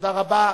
תודה רבה.